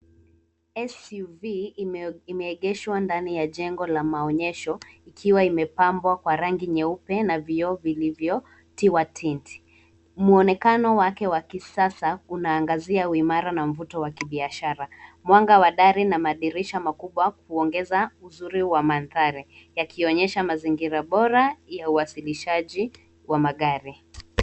SUV imeegeshwa nani ya jengo la maonyesho ikiwa imepambwa kwa rangi nyeupe na vio vilivyitiwa tint . Mwonekano wake wa kisasa unaangazia uimara na mvuto wa kibiashara. Mwanga wa dari na madirisha makubwa kuongeza uzuri wa mandhari yakionyesha mazingira bora ya uwasilishaji wa magari.